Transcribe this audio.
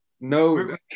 no